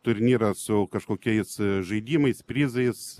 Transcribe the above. turnyrą su kažkokiais žaidimais prizais